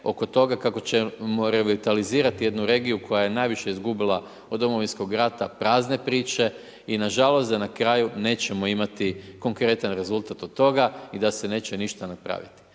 oko toga kako ćemo revitalizirati jednu regiju, koja je najviše izgubila od Domovinskog rata prazne priče i nažalost, da na kraju nećemo imati konkretan rezultat od toga i da se neće ništa napraviti.